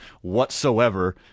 whatsoever